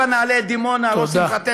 הבה נעלה את דימונה על ראש שמחתנו,